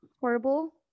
horrible